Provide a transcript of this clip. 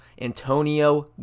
Antonio